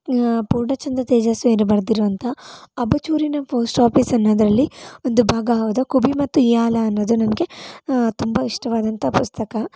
ಪೂರ್ಣಚಂದ್ರ ತೇಜಸ್ವಿ ಅವರು ಬರೆದಿರುವಂಥ ಅಬಚೂರಿನ ಪೋಸ್ಟ್ ಆಫೀಸ್ ಅನ್ನೋದ್ರಲ್ಲಿ ಒಂದು ಭಾಗ ಆದ ಕುಬಿ ಮತ್ತು ಇಯಾಲಾ ಅನ್ನೋದು ನನಗೆ ತುಂಬ ಇಷ್ಟವಾದಂಥ ಪುಸ್ತಕ